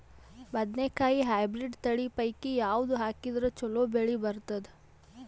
ಬದನೆಕಾಯಿ ಹೈಬ್ರಿಡ್ ತಳಿ ಪೈಕಿ ಯಾವದು ಹಾಕಿದರ ಚಲೋ ಬೆಳಿ ಬರತದ?